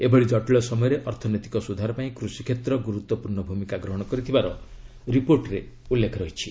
ଏଭଳି ଜଟିଳ ସମୟରେ ଅର୍ଥନୈତିକ ସ୍ୱଧାର ପାଇଁ କୃଷିକ୍ଷେତ୍ର ଗୁରୁତ୍ୱପୂର୍ଣ୍ଣ ଭୂମିକା ଗ୍ରହଣ କରିଥିବାର ରିପୋର୍ଟରେ ଉଲ୍ଲେଖ ରହିଛି